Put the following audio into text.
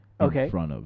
Okay